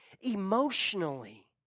emotionally